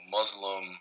Muslim